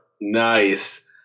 Nice